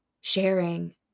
sharing